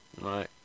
Right